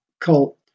cult